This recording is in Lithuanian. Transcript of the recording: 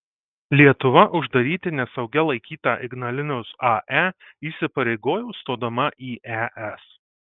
lietuva uždaryti nesaugia laikytą ignalinos ae įsipareigojo stodama į es